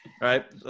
right